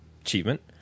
achievement